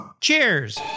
Cheers